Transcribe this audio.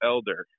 Elder